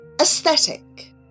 Aesthetic